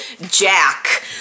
Jack